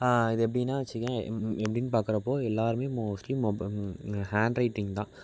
இது எப்படினா வச்சுக்குங்க எப் எப்படினு பார்க்குறப்போ எல்லாரும் மோஸ்ட்லி மொபைல் ஹேண்ட்ரைட்டிங் தான்